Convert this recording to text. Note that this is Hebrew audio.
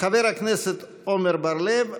חבר הכנסת עמר בר לב,